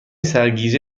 سرگیجه